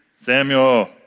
Samuel